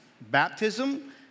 baptism